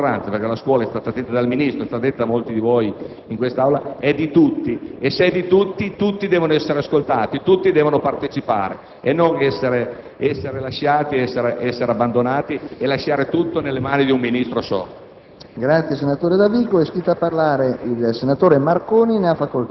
deve necessariamente passare attraverso il confronto di tutti, maggioranza e minoranza, perché la scuola - e ciò è stato detto dal Ministro e da molti di voi in quest'Aula - è di tutti; e, se è di tutti, tutti devono essere ascoltati, tutti devono partecipare e non essere trascurati, lasciando tutto nelle mani di un Ministro solo.